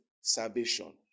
salvation